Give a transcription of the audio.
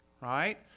Right